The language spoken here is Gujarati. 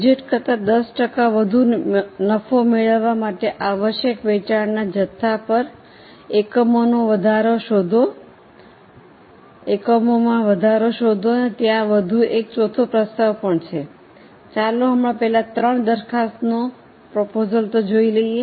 બજેટ કરતા 10 ટકા વધુ નફો મેળવવા માટે આવશ્યક વેચાણના જથ્થા એકમોમાં વધારો શોધો અને ત્યાં વધુ એક ચોથો પ્રસ્તાવ પણ છે ચાલો હમણાં પહેલા 3 દરખાસ્તો લઈએ